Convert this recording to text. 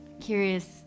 Curious